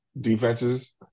defenses